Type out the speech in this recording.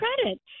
credit